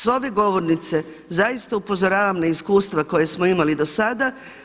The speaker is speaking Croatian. S ove govornice zaista upozoravam na iskustva koja smo imali do sada.